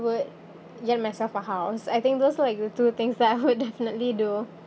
would get myself for house I think those are like the two things that I would definitely do